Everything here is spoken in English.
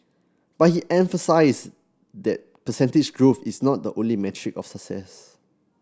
but he emphasised that percentage growth is not the only metric of success